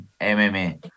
M-M-A